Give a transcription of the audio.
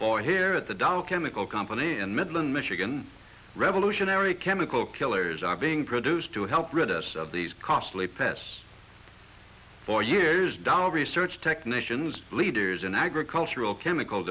for here at the dock chemical company in midland michigan revolutionary chemical killers are being produced to help rid us of these costly pests for years down research technicians leaders in agricultural chemical